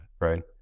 right